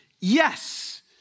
yes